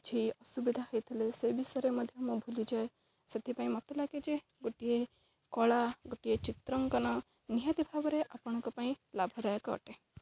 କିଛି ଅସୁବିଧା ହେଇଥିଲେ ସେ ବିଷୟରେ ମଧ୍ୟ ମୁଁ ଭୁଲିଯାଏ ସେଥିପାଇଁ ମୋତେ ଲାଗେ ଯେ ଗୋଟିଏ କଳା ଗୋଟିଏ ଚିତ୍ରାଙ୍କନ ନିହାତି ଭାବରେ ଆପଣଙ୍କ ପାଇଁ ଲାଭଦାୟକ ଅଟେ